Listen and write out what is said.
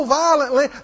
violently